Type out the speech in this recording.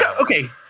Okay